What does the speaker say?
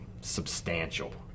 substantial